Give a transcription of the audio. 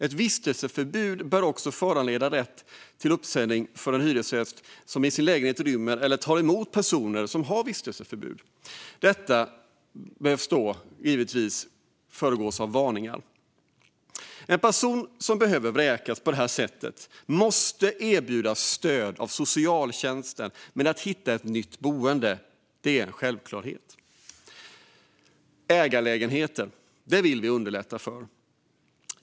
Ett vistelseförbud bör också föranleda rätt till uppsägning för en hyresgäst som i sin lägenhet inrymmer eller tar emot personer med vistelseförbud. Detta ska då givetvis föregås av varningar. En person som behöver vräkas på det här sättet måste erbjudas stöd av socialtjänsten med att hitta ett nytt boende. Det är en självklarhet. Ägarlägenheter vill vi underlätta för.